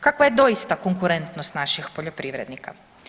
Kakva je doista konkurentnost naših poljoprivrednika?